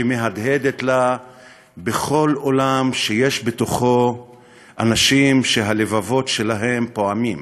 שמהדהדת לה בכל עולם שיש בתוכו אנשים שהלבבות שלהם פועמים.